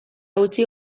eutsi